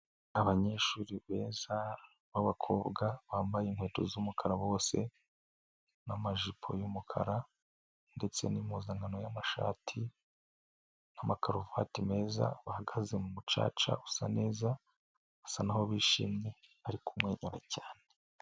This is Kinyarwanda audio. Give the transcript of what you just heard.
Abanyeshuri beza b'abakobwa bambaye inkweto z'umukara bose n'amajipo y'umukara ndetse n'impuzankano y'amashati n'amakaruvati meza. Bahagaze mu mucaca usa neza basa naho bishimye bari kumwenyura cyane.